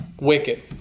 wicked